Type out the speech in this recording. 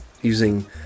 using